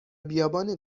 بیابان